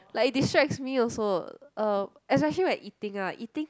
like it distracts me also uh as I hear when eating ah eating